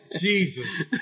jesus